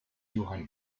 johann